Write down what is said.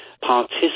participate